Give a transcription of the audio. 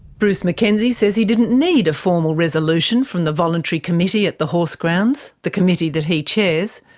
bruce mackenzie says he didn't need a formal resolution from the voluntary committee at the horse grounds, the committee that he chairs,